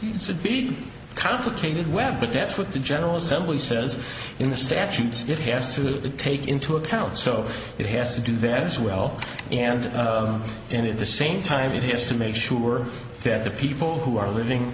it should be complicated web but that's what the general assembly says in the statutes it has to take into account so it has to do that as well and in at the same time it has to make sure that the people who are living